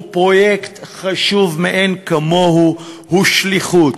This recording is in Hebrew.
הוא פרויקט חשוב מאין כמוהו, הוא שליחות,